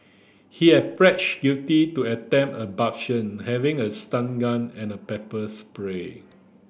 he had guilty to attempted abduction having a stun gun and a pepper spray